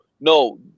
no